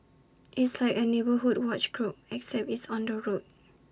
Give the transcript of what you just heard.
it's like A neighbourhood watch group except it's on the road